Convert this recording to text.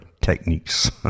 techniques